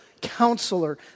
Counselor